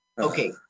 Okay